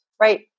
right